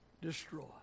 destroy